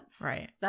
Right